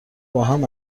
باهم